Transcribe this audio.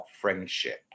friendship